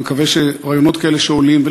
אני מקווה שרעיונות כאלה שעולים,